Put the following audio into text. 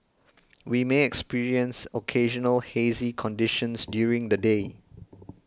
we may experience occasional hazy conditions during the day